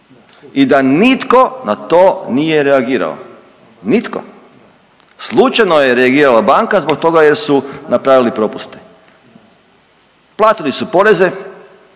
i da nitko na to nije reagirao, nitko. Slučajno je reagirala banka zbog toga jer su napravili propuste, platili su poreze,